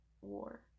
war